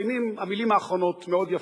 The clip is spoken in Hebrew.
אבל המלים האחרונות מאוד יפות,